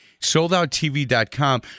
SoldOutTV.com